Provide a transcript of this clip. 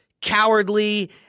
cowardly